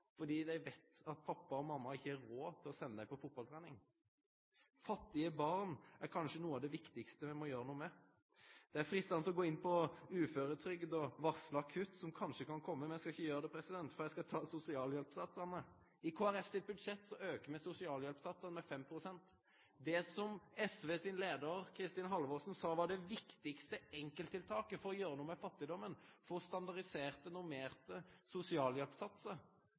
fordi dei veit at pappa og mamma ikkje har råd til å sende dei på fortballtrening. Fattige barn er kanskje noko av det viktigaste me må gjere noko med. Det er freistande å gå inn på uføretrygd og varsla kutt som kanskje kan kome, men eg skal ikkje gjere det, fordi eg skal ta sosialhjelpssatsane. I Kristeleg Folkepartis sitt budsjett aukar me sosialhjelpssatsane med 5 pst. Det som SV sin leiar, Kristin Halvorsen, sa var det viktigaste enkelttiltaket for å gjere noko med fattigdomen, er å få standardiserte, normerte satsar for sosialhjelp for å